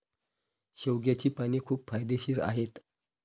शेवग्याची पाने खूप फायदेशीर आहेत